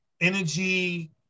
energy